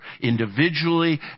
individually